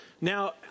Now